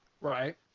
Right